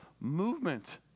movement